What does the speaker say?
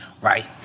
right